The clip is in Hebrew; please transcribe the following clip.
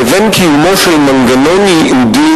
לבין קיומו של מנגנון ייעודי